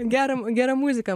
gerą gera muzika